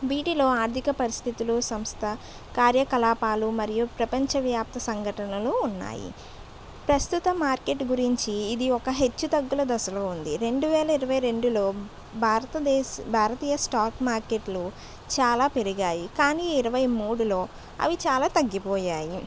వీటిలో ఆర్ధిక పరిస్థితులు సంస్థ కార్యకలాపాలు మరియు ప్రపంచవ్యాప్త సంఘటనలు ఉన్నాయి ప్రస్తుతం మార్కెట్ గురించి ఇది ఒక హెచ్చుతగ్గుల దశలో ఉంది రెండు వేల ఇరవై రెండులో భారతదేశ భారతీయ స్టాక్ మార్కెట్లు చాలా పెరిగాయి కానీ ఇరవై మూడులో అవి చాల తగ్గిపోయాయి